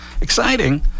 exciting